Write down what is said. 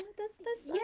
this, this